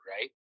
right